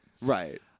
right